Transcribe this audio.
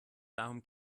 darum